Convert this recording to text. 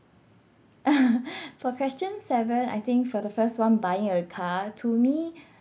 for question seven I think for the first one buying a car to me